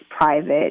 private